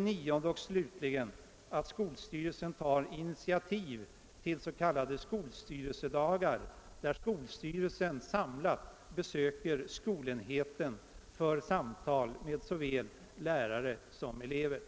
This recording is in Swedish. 9. Skolstyrelsen tar initiativ till s.k. skolstyrelsedagar, då skolstyrelsen samlad besöker skolenheten för samtal med såväl lärare som elever.